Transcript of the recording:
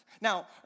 Now